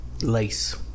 Lace